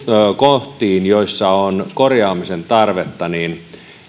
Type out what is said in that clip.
kohtiin joissa on korjaamisen tarvetta